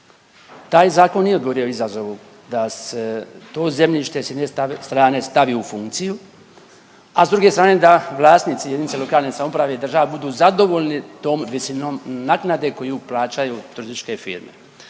Taj zakon nije odgovorio izazovu da se to zemljište s jedne stavi u funkciju, a s druge strane da vlasnici, jedinice lokalne samouprave i država budu zadovoljni tom visinom naknade koju plaćaju turističke firme.